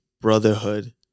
brotherhood